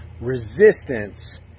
resistance